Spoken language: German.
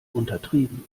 untertrieben